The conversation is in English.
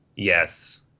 Yes